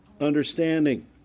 understanding